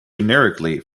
generically